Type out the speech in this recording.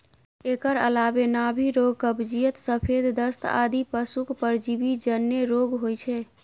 एकर अलावे नाभि रोग, कब्जियत, सफेद दस्त आदि पशुक परजीवी जन्य रोग होइ छै